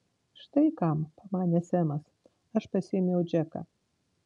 štai kam pamanė semas aš pasiėmiau džeką